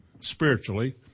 spiritually